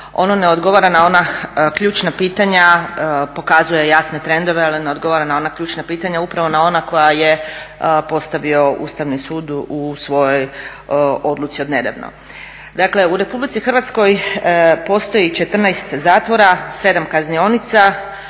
ono ne odgovara na ona ključna pitanja, pokazuje jasne trendove ali ne odgovara na ona ključna pitanja, upravo na ona koja je postavio Ustavni sud u svojoj odluci odnedavno. Dakle u Republici Hrvatskoj postoji 14 zatvora, 7 kaznionica